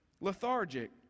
lethargic